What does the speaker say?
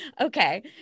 Okay